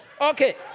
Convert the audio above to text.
Okay